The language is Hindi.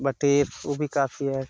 बटी वो भी काफी है